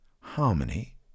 harmony